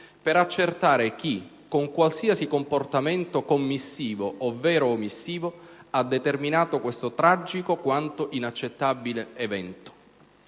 per accertare chi, con qualsiasi comportamento commissivo ovvero omissivo, ha determinato questo tragico quanto inaccettabile evento.